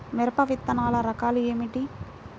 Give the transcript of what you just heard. మిరప విత్తనాల రకాలు ఏమిటి?